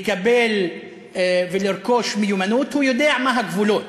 לקבל ולרכוש מיומנות, הוא יודע מה הגבולות,